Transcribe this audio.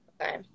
Okay